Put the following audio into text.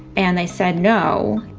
and i said no,